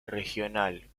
regional